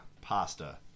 Pasta